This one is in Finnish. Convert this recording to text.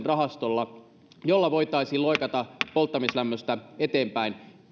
rahastolla jolla voitaisiin loikata polttamislämmöstä eteenpäin